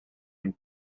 and